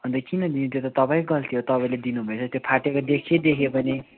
अन्त किन दिनु त्यो त तपाईँको गल्ती हो तपाईँले दिनु भएछ त्यो फाटेको देखी देखी पनि